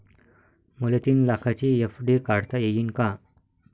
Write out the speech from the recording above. मले तीन लाखाची एफ.डी काढता येईन का?